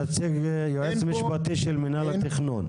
יש פה נציג, יועץ משפטי של מינהל התכנון.